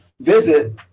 visit